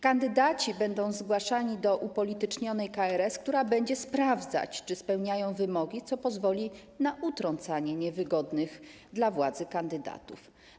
Kandydaci będą zgłaszani do upolitycznionej KRS, która będzie sprawdzać, czy spełniają oni wymogi, co pozwoli na utrącanie niewygodnych dla władzy kandydatów.